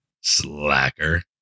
Slacker